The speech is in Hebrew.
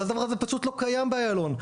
והדבר הזה פשוט לא קיים באיילון.